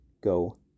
go